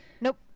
nope